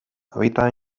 habita